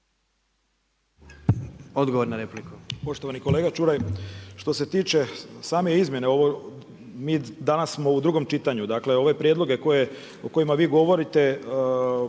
Odgovor na repliku.